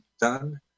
done